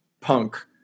punk